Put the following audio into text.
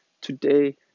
Today